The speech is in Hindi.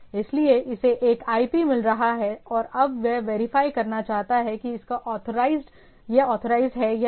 इसलिए इसे एक IP मिल रहा है और अब यह वेरीफाई करना चाहता है कि इसका ऑथराइज्ड या नहीं